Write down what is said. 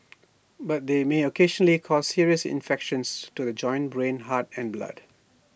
but they may occasionally cause serious infections to the joints brain heart and blood